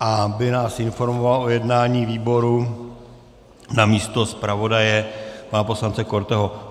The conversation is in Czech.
aby nás informoval o jednání výboru namísto zpravodaje pana poslance Korteho.